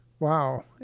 Wow